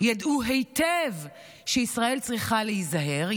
ידעו היטב שישראל צריכה להיזהר,